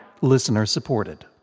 Listener-supported